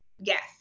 Yes